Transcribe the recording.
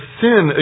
sin